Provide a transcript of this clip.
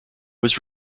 was